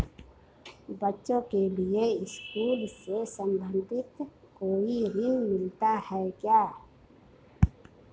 बच्चों के लिए स्कूल से संबंधित कोई ऋण मिलता है क्या?